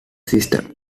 system